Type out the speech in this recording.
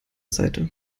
seite